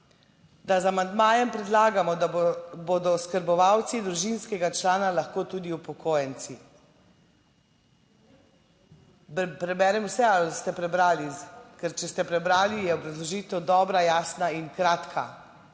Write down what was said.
da z amandmajem predlagamo, da bodo oskrbovalci družinskega člana lahko tudi upokojenci. Preberem vse, ali ste prebrali, ker če ste prebrali je obrazložitev dobra, jasna in kratka,